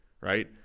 right